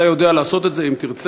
אתה יודע לעשות את זה אם תרצה.